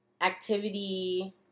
activity